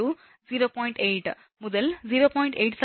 8 முதல் 0